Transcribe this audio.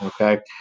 Okay